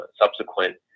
subsequent